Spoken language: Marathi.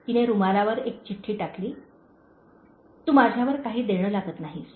तिने रुमालावर एक चिठ्ठी टाकली "तू माझ्यावर काही देणे लागत नाहीस